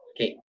okay